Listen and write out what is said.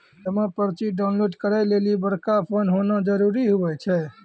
जमा पर्ची डाउनलोड करे लेली बड़का फोन होना जरूरी हुवै छै